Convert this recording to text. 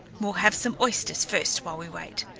we'll have some oysters first while we wait.